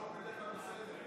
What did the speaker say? הוא בדרך כלל בסדר.